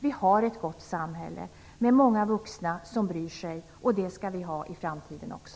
Vi har ett gott samhälle med många vuxna som bryr sig, och det skall vi ha i framtiden också.